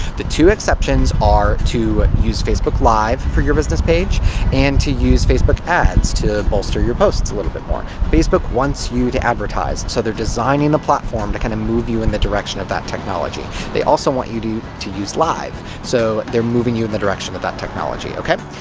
the two exceptions are to use facebook live for your business page and to use facebook ads to bolster your posts a little bit more. facebook wants you to advertise, so they're designing the platform to kinda move you in the direction of that technology. they also want you to to use live. so, they're moving you in the direction of that technology, ok?